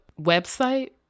website